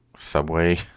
Subway